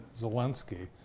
Zelensky